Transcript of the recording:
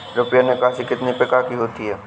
रुपया निकासी कितनी प्रकार की होती है?